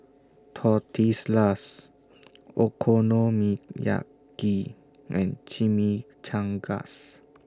Tortillas Okonomiyaki and Chimichangas